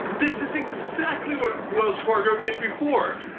this is exactly what wells fargo did before,